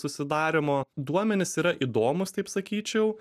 susidarymo duomenys yra įdomūs taip sakyčiau